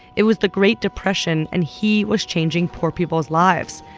it was the great depression, and he was changing poor people's lives,